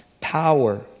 power